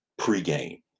pregame